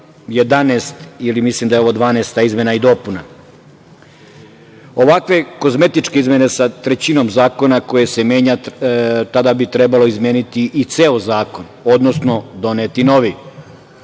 11, ili mislim da je ovo 12. izmena i dopuna. Ovakve kozmetičke izmene sa trećinom zakona koji se menja, tada bi trebalo izmeniti i ceo zakon, odnosno doneti novi. Kada